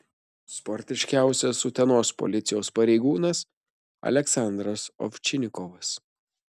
sportiškiausias utenos policijos pareigūnas aleksandras ovčinikovas